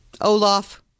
Olaf